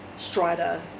Strider